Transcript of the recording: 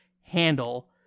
handle